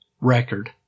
record